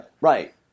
Right